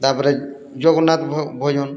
ତା'ପରେ ଜଗନ୍ନାଥ୍ ଭଜନ୍